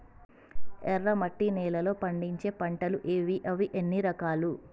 ఎర్రమట్టి నేలలో పండించే పంటలు ఏవి? అవి ఎన్ని రకాలు?